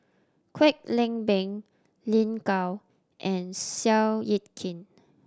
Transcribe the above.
Kwek Leng Beng Lin Gao and Seow Yit Kin